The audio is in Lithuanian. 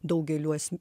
daugelių as